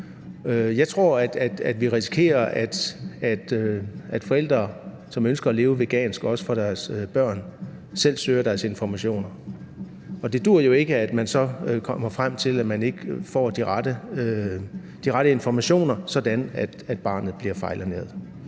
Jeg tror, vi risikerer, at forældre, som ønsker at leve vegansk, også deres børn, selv søger deres informationer. Og det duer jo ikke, at man så kommer frem til, at man ikke får de rette informationer, sådan at barnet bliver fejlernæret.